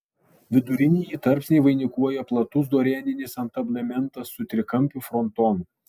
vidurinįjį tarpsnį vainikuoja platus dorėninis antablementas su trikampiu frontonu